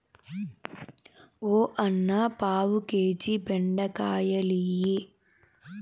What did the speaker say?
ఓ అన్నా, పావు కేజీ బెండకాయలియ్యి